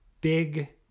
big